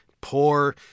Poor